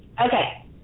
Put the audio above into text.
Okay